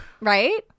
right